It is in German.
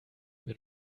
wenn